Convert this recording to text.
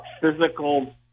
physical